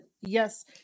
yes